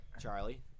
Charlie